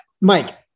Mike